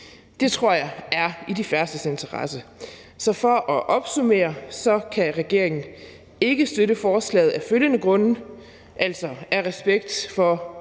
Det tror jeg er i de færrestes interesse. Så som opsummering kan regeringen ikke støtte forslaget af følgende grunde: Af respekt for